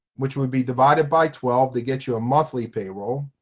which would be divided by twelve, to get you a monthly payroll.